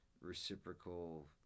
reciprocal